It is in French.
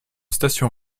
station